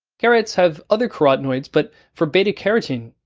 carrots have other carotenoids, but for beta carotene,